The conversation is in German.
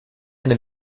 eine